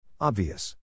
Obvious